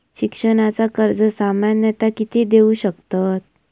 शिक्षणाचा कर्ज सामन्यता किती देऊ शकतत?